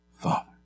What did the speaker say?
Father